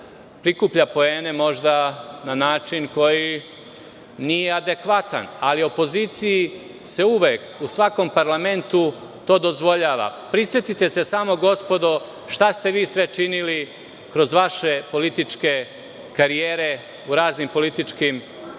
prikuplja poene možda na način koji nije adekvatan, ali opoziciji se uvek u svakom parlamentu to dozvoljava. Prisetite se samo, gospodo, šta ste vi sve činili kroz vaše političke karijere u raznim političkim strankama.